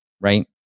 right